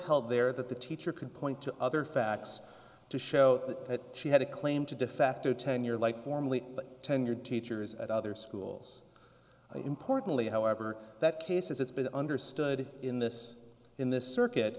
held there that the teacher could point to other facts to show that she had a claim to defacto tenure like formally tenured teachers at other schools importantly however that case as it's been understood in this in this circuit